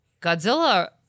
Godzilla